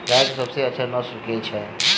गाय केँ सबसँ अच्छा नस्ल केँ छैय?